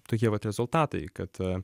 tokie vat rezultatai kad